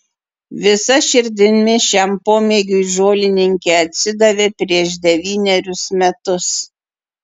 visa širdimi šiam pomėgiui žolininkė atsidavė prieš devynerius metus